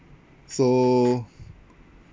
so